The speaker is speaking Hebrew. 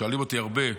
שואלים אותי הרבה,